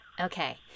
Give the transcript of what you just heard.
Okay